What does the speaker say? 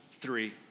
three